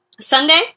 Sunday